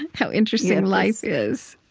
how interesting life is